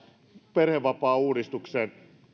perhevapaauudistukseen